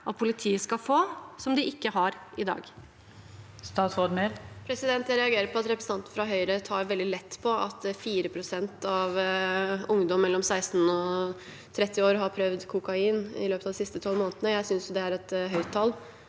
at politiet skal få som de ikke har i dag? Statsråd Emilie Mehl Jeg reagerer på at representanten fra Høyre tar veldig lett på at 4 pst. av ungdom mellom 16 år og 30 år har prøvd kokain i løpet av de siste tolv månedene. Jeg synes det er et høyt tall,